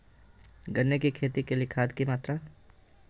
गन्ने की खेती के लिए खाद की मात्रा?